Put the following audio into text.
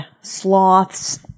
sloths